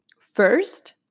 First